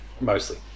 Mostly